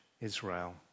Israel